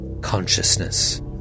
consciousness